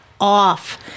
off